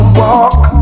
walk